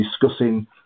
discussing